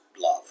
love